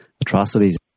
atrocities